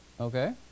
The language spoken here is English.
Okay